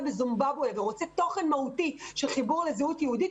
בזימבבואה ורוצה תוכן מהותי של חיבור לזהות יהודית,